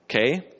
Okay